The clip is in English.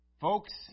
folks